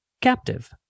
captive